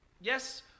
Yes